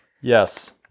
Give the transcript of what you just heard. Yes